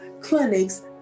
clinics